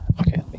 Okay